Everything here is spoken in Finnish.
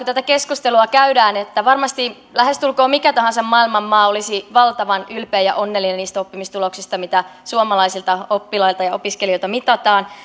tätä keskustelua käydään että varmasti lähestulkoon mikä tahansa maailman maa olisi valtavan ylpeä ja onnellinen niistä oppimistuloksista mitä suomalaisilta oppilailta ja opiskelijoilta mitataan